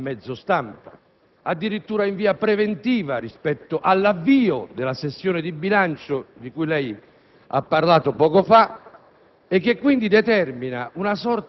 della fiducia annunciata a mezzo stampa e, addirittura, in via preventiva rispetto all'avvio della sessione di bilancio di cui lei ha parlato poco fa.